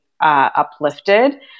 Uplifted